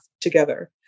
together